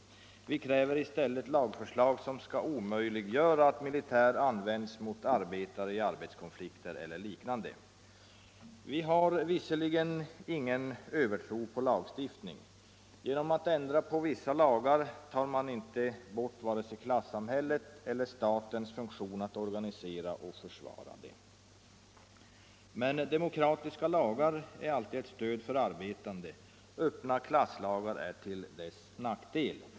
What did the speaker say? Vi kräver i stället lagförslag som skall omöjliggöra att militär används mot arbetare i arbetskonflikter eller liknande. Vi har ingen övertro på lagstiftning. Genom att ändra vissa lagar tar man varken bort klassamhället eller statens funktion att organisera och försvara detta. Men demokratiska lagar är alltid ett stöd för de arbetande 57 — uppenbara klasslagar är till deras nackdel.